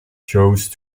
chose